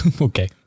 Okay